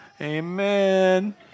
Amen